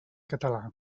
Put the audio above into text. català